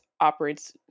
operates